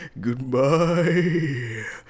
Goodbye